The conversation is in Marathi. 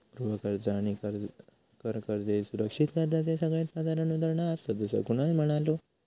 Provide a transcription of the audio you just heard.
गृह कर्ज आणि कर कर्ज ह्ये सुरक्षित कर्जाचे सगळ्यात साधारण उदाहरणा आसात, असा कुणाल म्हणालो